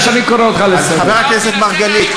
חבר הכנסת אראל מרגלית,